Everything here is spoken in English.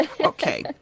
Okay